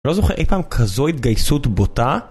לא זוכר אי פעם כזו התגייסות בוטה